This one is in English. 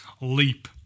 leap